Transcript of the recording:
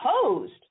opposed